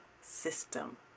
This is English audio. system